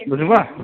बुझ्नुभयो